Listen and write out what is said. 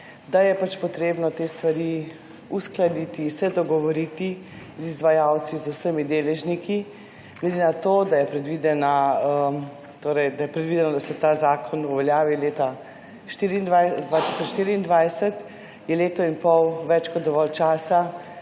da je treba te stvari uskladiti, se dogovoriti z izvajalci, z vsemi deležniki. Glede na to, da je predvideno, da se ta zakon uveljavi leta 2024, je leto in pol več kot dovolj časa,